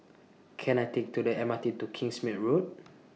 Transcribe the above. Can I Take to The M R T to Kingsmead Road